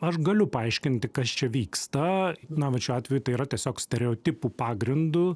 aš galiu paaiškinti kas čia vyksta na vat šiuo atveju tai yra tiesiog stereotipų pagrindu